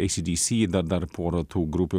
ei si di si da dar pora tų grupių